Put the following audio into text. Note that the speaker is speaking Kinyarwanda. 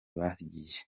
bagiye